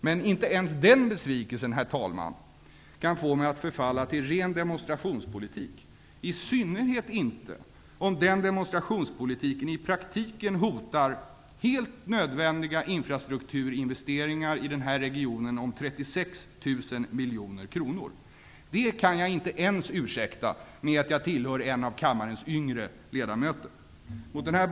Men inte ens den besvikelsen kan få mig att förfalla till ren demonstrationspolitik -- i synnerhet om den demonstrationspolitiken i praktiken hotar helt nödvändiga infrastrukturinvesteringar i denna region om 36 000 miljoner kronor. Det kan jag inte ens ursäkta med att jag tillhör kammarens yngre ledamöter. Herr talman!